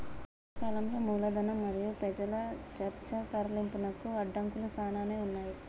పాత కాలంలో మూలధనం మరియు పెజల చర్చ తరలింపునకు అడంకులు సానానే ఉన్నాయి